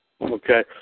Okay